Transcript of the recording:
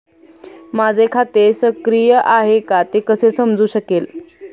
माझे खाते सक्रिय आहे का ते कसे समजू शकेल?